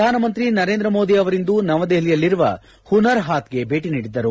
ಪ್ರಧಾನಮಂತ್ರಿ ನರೇಂದ್ರ ಮೋದಿ ಅವರಿಂದು ನವದೆಹಲಿಯಲ್ಲಿರುವ ಹುನರ್ ಹಾತ್ಗೆ ಭೇಟಿ ನೀಡಿದ್ದರು